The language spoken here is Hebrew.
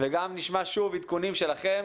וגם נשמע שוב עדכונים שלכם